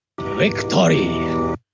Victory